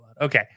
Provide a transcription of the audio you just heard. Okay